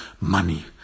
money